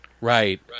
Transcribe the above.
Right